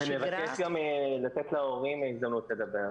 ואני אבקש גם לתת להורים הזדמנות לדבר.